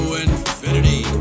infinity